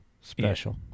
Special